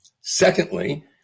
Secondly